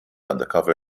undercover